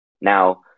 Now